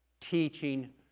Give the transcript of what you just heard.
teaching